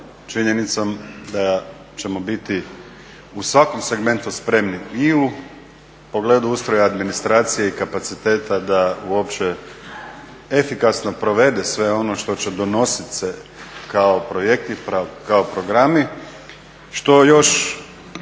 činjenicom da ćemo biti u svakom segmentu spremni i u pogledu ustroja administracije i kapaciteta da uopće efikasno provede sve ono što će donosit se kao projekti i kao programi, što još